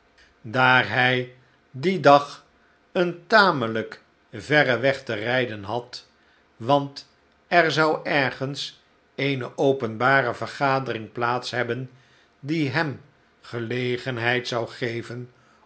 daar hij dien dag een tamelijk verren weg te rijden had want er zou ergens eene openbare vergadering plaats hebben die hem gelegenheid zou geven